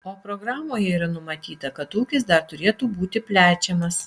o programoje yra numatyta kad ūkis dar turėtų būti plečiamas